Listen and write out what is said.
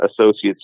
associates